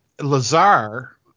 Lazar